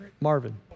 Marvin